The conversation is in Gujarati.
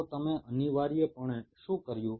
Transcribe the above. તો તમે અનિવાર્યપણે શું કર્યું